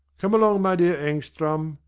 come along, my dear engstrand.